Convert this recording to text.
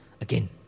again